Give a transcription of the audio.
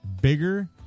bigger